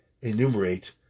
enumerate